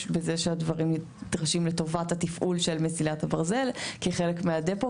בזה שהדברים נדרשים לטובת התפעול של מסילת הברזל כחלק מהדפו.